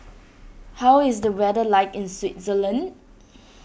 how is the weather like in Swaziland